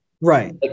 Right